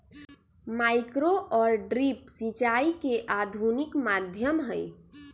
micro और drip सिंचाई के आधुनिक माध्यम हई